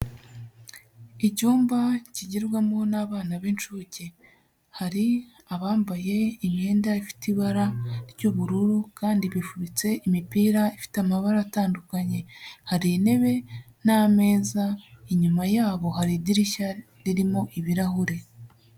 Icyumba kigirwamo n'abana b'incuke, hari abambaye imyenda ifite ibara ry'ubururu, kandi bifubitse imipira ifite amabara atandukanye. Hari intebe n'ameza, inyuma yabo hari idirishya ririmo ibirahure.